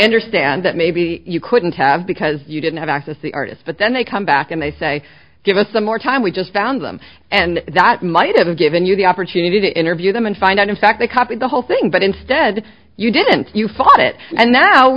understand that maybe you couldn't have because you didn't have access the artist but then they come back and they say give us some more time we just found them and that might have given you the opportunity to interview them and find out in fact they copied the whole thing but instead you didn't you followed it and